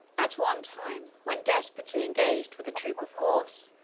at one time, when desperately engaged with a troop of horse,